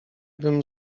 bym